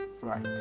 Right